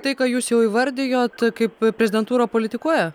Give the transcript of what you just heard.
tai ką jūs jau įvardijot kaip prezidentūra politikuoja